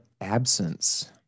Absence